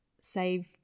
save